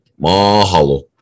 Mahalo